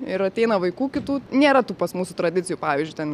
ir ateina vaikų kitų nėra tų pas mūsų tradicijų pavyzdžiui ten